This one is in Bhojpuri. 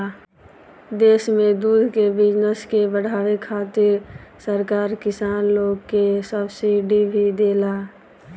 देश में दूध के बिजनस के बाढ़ावे खातिर सरकार किसान लोग के सब्सिडी भी देला